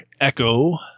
echo